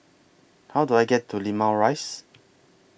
How Do I get to Limau Rise